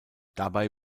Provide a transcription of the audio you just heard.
dabei